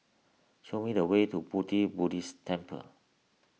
show me the way to Pu Ti Buddhist Temple